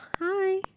hi